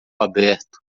aberto